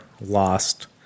lost